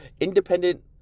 independent